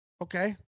Okay